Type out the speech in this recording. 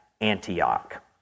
Antioch